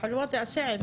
תשמח עוד.